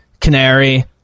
Canary